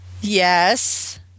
Yes